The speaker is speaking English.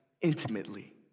intimately